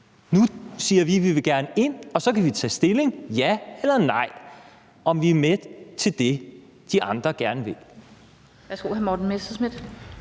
Nu siger vi, at vi gerne vil ind, og så kan vi tage stilling til – ja eller nej – om vi vil være med til det, de andre gerne vil.